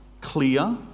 clear